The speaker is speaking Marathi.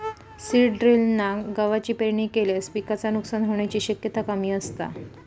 सीड ड्रिलना गवाची पेरणी केल्यास पिकाचा नुकसान होण्याची शक्यता कमी असता